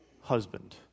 husband